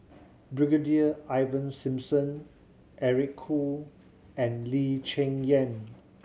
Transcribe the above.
Brigadier Ivan Simson Eric Khoo and Lee Cheng Yan